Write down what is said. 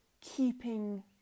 keeping